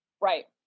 right